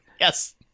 Yes